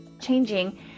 changing